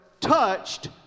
touched